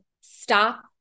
stop